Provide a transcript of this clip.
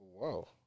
Wow